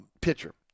pitcher